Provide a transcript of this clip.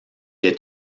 est